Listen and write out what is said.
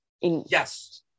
Yes